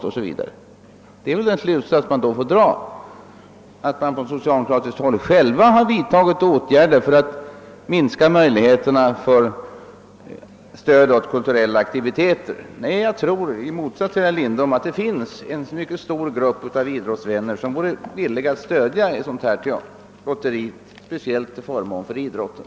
Man måste väl då dra den slutsatsen att socialdemokraterna själva vidtagit åtgärder för att minska möjligheterna till stöd åt kulturella aktiviteter. I motsats till herr Lindholm tror jag att det finns en mycket stor grupp av idrottsvänner, som vore villiga att stödja ett lotteri speciellt till förmån för idrotten.